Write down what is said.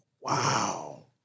wow